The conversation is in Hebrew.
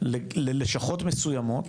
ללשכות מסוימות